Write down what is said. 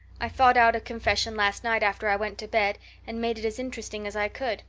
i thought out a confession last night after i went to bed and made it as interesting as i could.